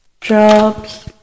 jobs